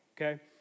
okay